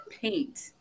paint